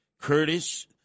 Curtis